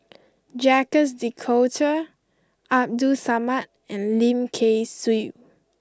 Jacques De Coutre Abdul Samad and Lim Kay Siu